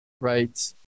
right